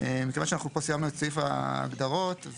מכיוון שאנחנו פה סיימנו את סעיף ההגדרות אני